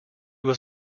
was